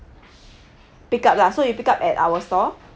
pick up lah so you pick up at our store